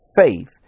faith